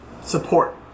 support